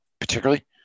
particularly